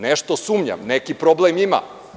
Nešto sumnjam, neki problem ima.